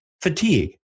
fatigue